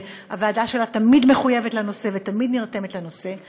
שהוועדה שלה תמיד מחויבת לנושא ותמיד נרתמת לנושא.